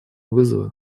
вызовы